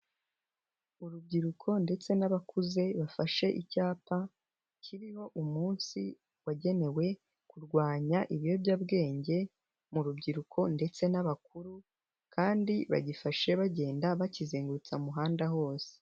Urubyiruko ndetse n'abakuze bafashe icyapa kiriho umunsi wagenewe kurwanya ibiyobyabwenge mu rubyiruko ndetse n'abakuru kandi bagifashe bagenda bakizengutsa umuhanda hose.